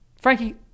Frankie